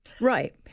Right